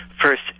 First